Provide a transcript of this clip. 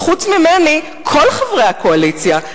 וחוץ ממני כל חברי הקואליציה,